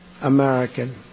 American